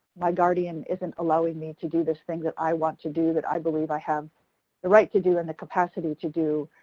my guardian isn't allowing me to do this thing that i want to do that i believe i have the right to do and the capacity to do.